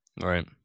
Right